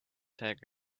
take